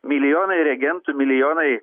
milijonai reagentu milijonai